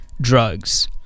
drugs